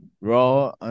Raw